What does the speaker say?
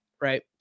right